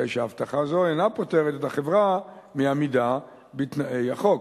הרי שהבטחה זו אינה פוטרת את החברה מעמידה בתנאי החוק.